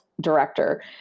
director